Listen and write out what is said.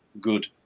good